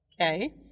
Okay